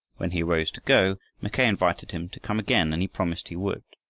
when he arose to go, mackay invited him to come again, and he promised he would.